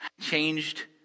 changed